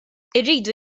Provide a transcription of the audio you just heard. irridu